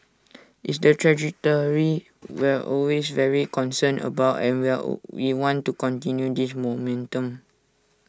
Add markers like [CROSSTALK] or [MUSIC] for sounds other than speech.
[NOISE] it's the trajectory we're [NOISE] always very concerned about and we're [HESITATION] we want to continue this momentum